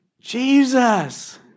Jesus